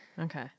Okay